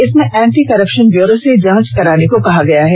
इसमें anti corruption bureau से जांच कराने को कहा गया है